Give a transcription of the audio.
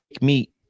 meat